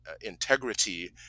integrity